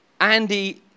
Andy